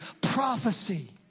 prophecy